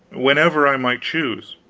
whenever i might choose.